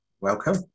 Welcome